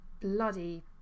bloody